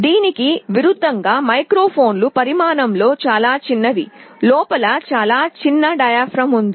దీనికి విరుద్ధంగా మైక్రోఫోన్లు పరిమాణంలో చాలా చిన్నవి లోపల చాలా చిన్న డయాఫ్రామ్ ఉంది